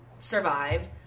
survived